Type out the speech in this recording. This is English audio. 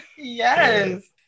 Yes